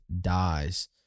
dies